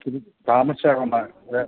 ഇത്തിരി താമസിച്ചാണ് വന്നേ